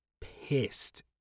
pissed